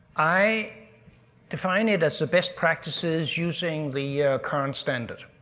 i define it as the best practices using the current standard